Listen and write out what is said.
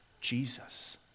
Jesus